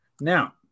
Now